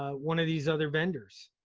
ah one of these other vendors?